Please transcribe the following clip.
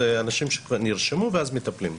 אלה אנשים שכבר נרשמו ואז מטפלים בהם.